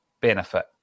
benefit